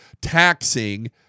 Taxing